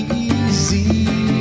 easy